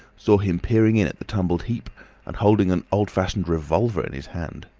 saw him peering in at the tumbled heap and holding an old-fashioned revolver in his hand.